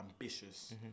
ambitious